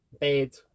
bed